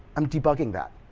i'm debugging that,